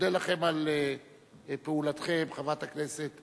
מודה לכם על פעולתכם, חברת הכנסת